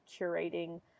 curating